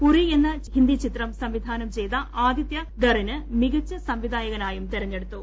ഉറി എന്ന ഹിന്ദി ചിത്രം സ്പ്പിക്ടാനം ചെയ്ത ആദിത്യ ഥറിനെ മികച്ച സംവിധായകനായും ്തിരുഞ്ഞെടുത്തു